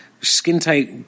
skin-tight